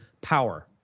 power